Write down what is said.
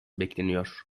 bekleniyor